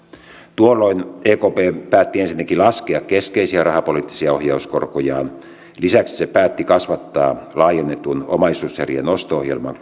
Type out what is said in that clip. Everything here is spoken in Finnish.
tuolloin ekp päätti ensinnäkin laskea keskeisiä rahapoliittisia ohjauskorkojaan lisäksi se päätti kasvattaa laajennetun omaisuuserien osto ohjelman